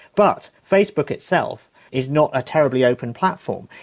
but facebook itself is not a terribly open platform.